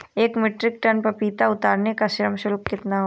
एक metric tonne पपीता उतारने का श्रम शुल्क कितना होगा?